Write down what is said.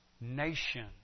nation